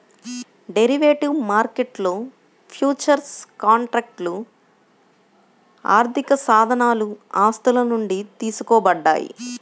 derivative మార్కెట్లో futures కాంట్రాక్ట్లు ఆర్థికసాధనాలు ఆస్తుల నుండి తీసుకోబడ్డాయి